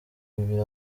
bibiri